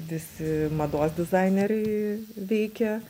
visi mados dizaineriai veikia